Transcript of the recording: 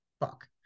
book